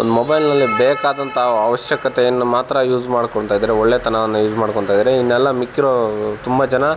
ಒಂದು ಮೊಬೈಲ್ನಲ್ಲಿ ಬೇಕಾದಂಥ ಅವಶ್ಯಕತೆಯನ್ನು ಮಾತ್ರ ಯೂಸ್ ಮಾಡ್ಕೊಳ್ತ ಇದ್ದಾರೆ ಒಳ್ಳೆತನವನ್ನು ಯೂಸ್ ಮಾಡ್ಕೊಳ್ತ ಇದ್ದಾರೆ ಇನ್ನೆಲ್ಲ ಮಿಕ್ಕಿರೋ ತುಂಬ ಜನ